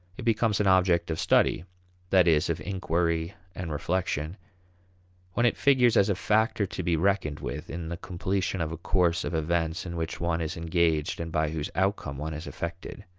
it becomes an object of study that is, of inquiry and reflection when it figures as a factor to be reckoned with in the completion of a course of events in which one is engaged and by whose outcome one is affected.